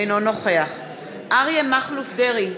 אינו נוכח אריה מכלוף דרעי,